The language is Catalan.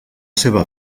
seva